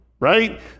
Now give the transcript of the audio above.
right